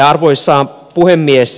arvoisa puhemies